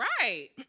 Right